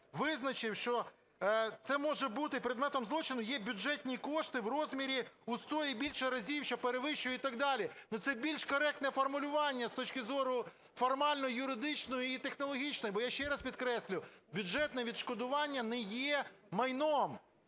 визначив, що це може бути. Предметом злочину є бюджетні кошти в розмірі у сто і більше разів, що перевищують і так далі. Це більш коректне формулювання з точки зору формально юридичної і технологічної. Бо, я ще раз підкреслю, бюджетне відшкодування не є майном.